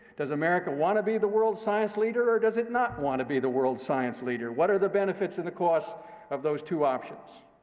does america want to be the world's science leader, or does it not want to be the world's science leader? what are the benefits and the costs of those two options?